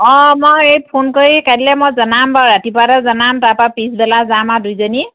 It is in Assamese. অ' মই এই ফোন কৰি কাইলৈ মই জনাম বাৰু ৰাতিপুৱাতে জনাম তাৰপা পিছবেলা যাম আৰু দুইজনী